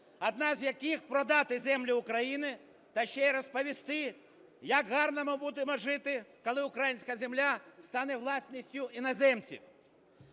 одна з яких - продати землю України та ще й розповісти, як гарно ми будемо жити, коли українська земля стане власністю іноземців.